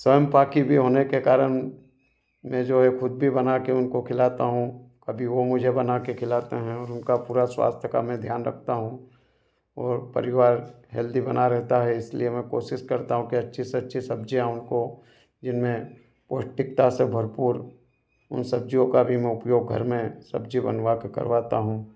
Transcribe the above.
स्वयं पाकी भी होने के कारण मैं जो ये ख़ुद भी बना कर उनको खिलाता हूँ कभी वो मुझे बना कर खिलाते हैं उनका पूरा स्वास्थ्य का मैं ध्यान रखता हूँ और परिवार हेल्दी बना रहता हैं इसलिए मैं कोशिश करता हूँ कि अच्छी से अच्छी सब्जियाँ उनको जिनमें पौष्टिकता से भरपूर उन सब्ज़ियों का भी मैं उपयोग घर में सब्जी बनवा के करवाता हूँ